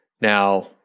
Now